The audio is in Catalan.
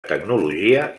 tecnologia